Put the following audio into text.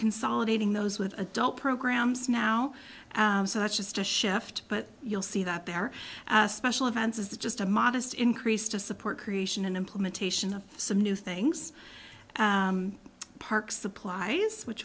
consolidating those with adult programs now such as to shift but you'll see that their special events is just a modest increase to support creation and implementation of some new things park supply which